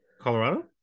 Colorado